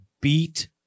beat